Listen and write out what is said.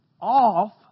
off